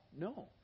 No